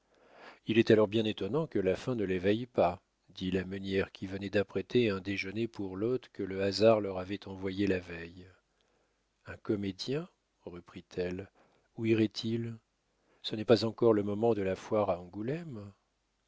il est alors bien étonnant que la faim ne l'éveille pas dit la meunière qui venait d'apprêter un déjeuner pour l'hôte que le hasard leur avait envoyé la veille un comédien reprit-elle où irait-il ce n'est pas encore le moment de la foire à angoulême